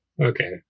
Okay